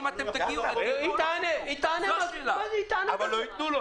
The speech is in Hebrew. ייתנו לו?